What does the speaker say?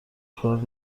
کار